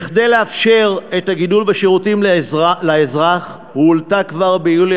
כדי לאפשר את הגידול בשירותים לאזרח הועלתה כבר ביולי